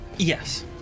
yes